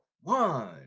One